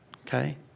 okay